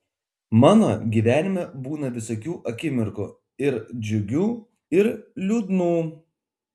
mano gyvenime būna visokių akimirkų ir džiugių ir liūdnų